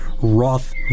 Roth